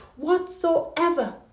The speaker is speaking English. whatsoever